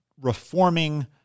reforming